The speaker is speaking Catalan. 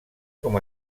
com